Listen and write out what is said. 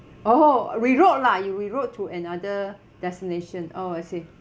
oh reroute lah you reroute to another destination oh I see